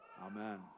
Amen